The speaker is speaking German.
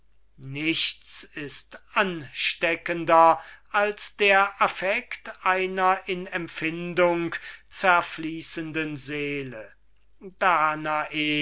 nichts ist ansteckenders als der affekt einer in empfindung zerfließenden seele danae